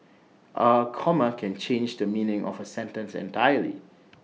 A comma can change the meaning of A sentence entirely